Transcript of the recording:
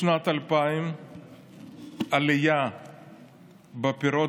משנת 2000 עליית המחירים של פירות